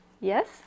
Yes